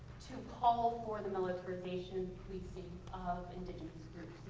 to call for the militarization we've seen of indigenous groups.